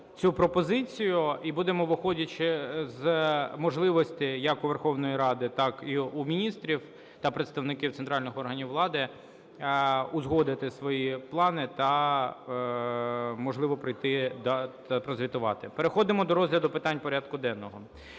цю пропозицію і будемо, виходячи з можливостей як у Верховної Ради, так і у міністрів та представників центральних органів влади узгодити свої плани та, можливо, прийти та прозвітувати. Переходимо до розгляду питань порядку денного.